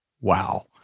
Wow